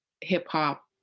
hip-hop